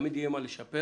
תמיד יהיה מה לשפר.